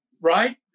right